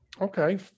Okay